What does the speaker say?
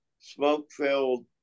smoke-filled